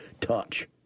touch